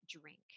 drink